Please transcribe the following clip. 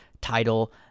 title